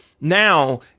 Now